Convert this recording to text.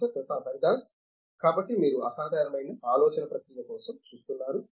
professor Pratap Haridas కాబట్టి మీరు అసాధారణమైన ఆలోచన ప్రక్రియ కోసం చూస్తున్నారు